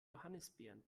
johannisbeeren